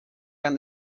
down